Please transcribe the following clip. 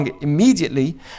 immediately